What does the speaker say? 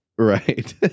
Right